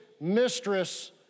mistress